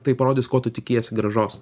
tai parodys ko tu tikiesi grąžos